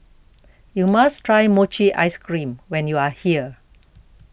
you must try Mochi Ice Cream when you are here